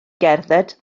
gerdded